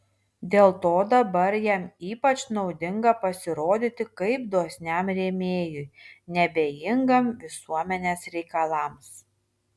dėl to dabar jam ypač naudinga pasirodyti kaip dosniam rėmėjui neabejingam visuomenės reikalams